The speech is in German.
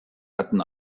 hatten